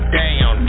down